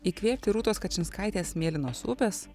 įkvėpti rūtos kačinskaitės mėlynos upės